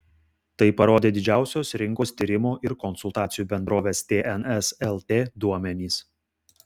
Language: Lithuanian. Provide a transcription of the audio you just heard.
tai parodė didžiausios rinkos tyrimų ir konsultacijų bendrovės tns lt duomenys